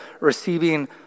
receiving